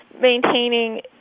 maintaining